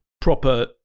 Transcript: proper